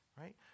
right